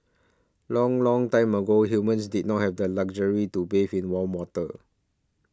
long long time ago humans did not have the luxury to bathe in warm water